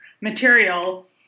material